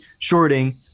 shorting